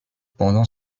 pendant